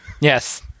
Yes